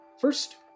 First